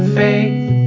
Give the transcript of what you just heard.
faith